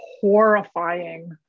horrifying